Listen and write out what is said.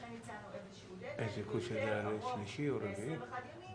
ולכן הצענו איזשהו דד-ליין יותר ארוך מ-21 ימים